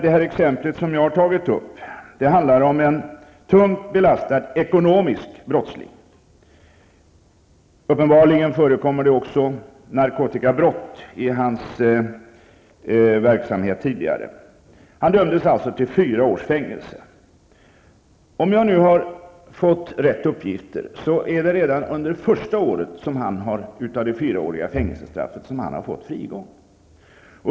Det exempel som jag har tagit upp handlar om en tungt belastad ekonomisk brottsling. Uppenbarligen förekommer det också narkotikabrott i hans tidigare verksamhet. Han dömdes alltså till fyra års fängelse. Om jag nu har fått rätt uppgifter, är det redan under första året av det fyraåriga fängelsestraffet som han har fått frigång.